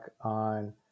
on